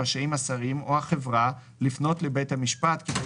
רשאים השרים או החברה לפנות לבית המשפט כדי